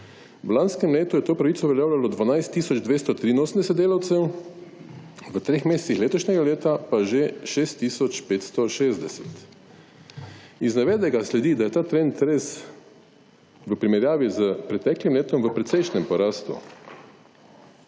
V lanskem letu je to pravico uveljavljalo 12 tisoč 283 delavcev. V treh mesecih letošnjega leta pa že 6 tisoč 560. Iz navedenega sledi, da je ta trend res v primerjavi s preteklim letom v precejšnjem porastu.